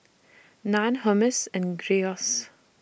Naan Hummus and Gyros